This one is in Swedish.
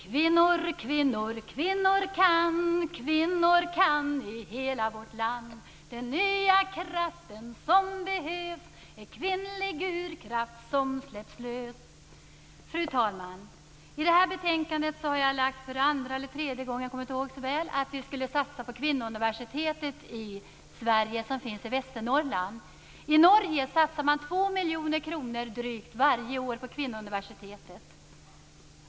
Kvinnor, kvinnor, kvinnor kan kvinnor kan i hela vårt land. Den nya kraften som behövs är kvinnlig urkraft som släpps lös. Fru talman! I detta betänkande behandlas mitt förslag - för andra eller tredje gången - om att vi skall satsa på Kvinnouniversitetet i Sverige, som finns i Västernorrland. I Norge satsar man drygt 2 miljoner kronor varje år på Kvinnouniversitetet.